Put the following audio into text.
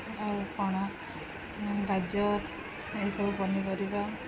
ଆଉ କ'ଣ ଗାଜର ଏସବୁ ପନିପରିବା